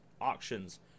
auctions